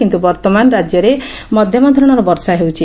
କିନ୍ତ ବର୍ଉମାନ ରାଜ୍ୟରେ ମଧ୍ୟମ ଧରଣର ବର୍ଷା ହେଉଛି